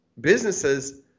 businesses